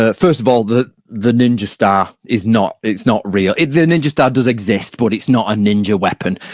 ah first of all, the the ninja star is not, it's not real. the ninja star does exist, but it's not a ninja weapon.